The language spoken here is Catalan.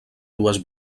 dues